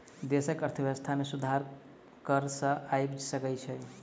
देशक अर्थव्यवस्था में सुधार कर सॅ आइब सकै छै